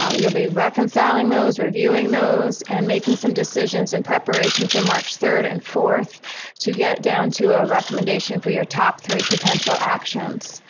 um you'll be reconciling those, reviewing those and making some decisions in preparation for march third and fourth to get down to a recommendation for your top three potential actions.